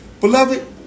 Beloved